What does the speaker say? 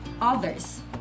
others